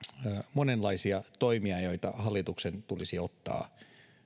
monenlaisia toimia joita hallituksen tulisi ottaa